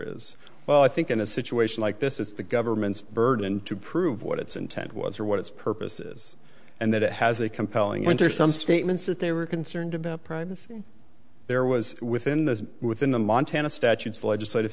is well i think in a situation like this it's the government's burden to prove what its intent was or what its purposes and that it has a compelling winter some statements that they were concerned about privacy there was within the within the montana statute the legislative